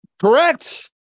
Correct